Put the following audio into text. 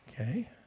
Okay